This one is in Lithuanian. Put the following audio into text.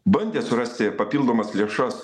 bandė surasti papildomas lėšas